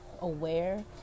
aware